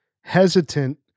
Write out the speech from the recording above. hesitant